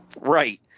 Right